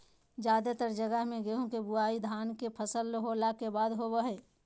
जादेतर जगह मे गेहूं के बुआई धान के फसल होला के बाद होवो हय